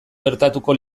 gertatuko